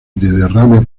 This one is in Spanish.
derrame